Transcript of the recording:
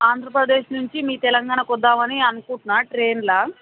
ఆంధ్రప్రదేశ్ నుంచి మీ తెలంగాణకు వద్దామని అనుకుంటున్నాను ట్రైన్లో